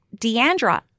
Deandra